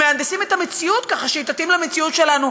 ומהנדסים את המציאות ככה שהיא תתאים למציאות שלנו,